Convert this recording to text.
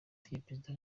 perezida